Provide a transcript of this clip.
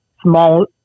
small